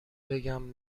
بگم